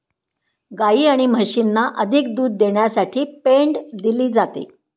गायी आणि म्हशींना अधिक दूध देण्यासाठी पेंड दिली जाते